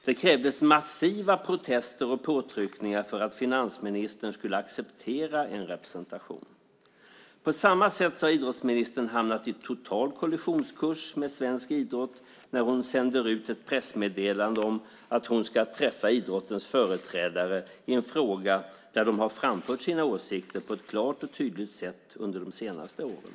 Det krävdes massiva protester och påtryckningar för att finansministern skulle acceptera en representation. På samma sätt hamnar idrottsministern på total kollisionskurs med svensk idrott när hon sänder ut ett pressmeddelande om att hon ska träffa idrottens företrädare i en fråga där de har framfört sina åsikter på ett klart och tydligt sätt under de senaste åren.